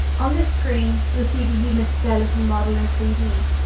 on this screen, you'll see the human skeletal model in three d.